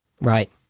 Right